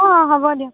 অ' হ'ব দিয়ক